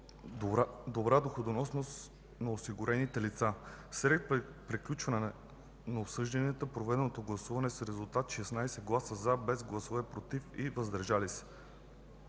добра доходност на осигурените лица. След приключване на обсъждането и проведеното гласуване с резултати 16 гласа „за”, без гласове „против” и „въздържали се”,